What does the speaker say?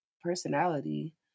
personality